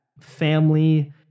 family